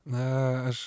na aš